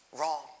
wrong